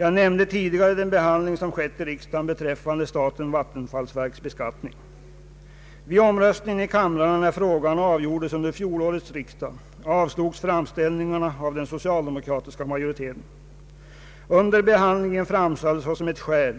Jag nämnde tidigare den behandling som skett i riksdagen beträffande statens vattenfallsverks beskattning. Vid omröstning i kamrarna när frågan avgjordes under fjolårets riksdag avslogs framställningarna av den = socialdemokratiska majoriteten. Under behandlingen framhölls såsom ett skäl